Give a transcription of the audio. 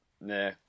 Nah